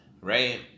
right